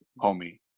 Homie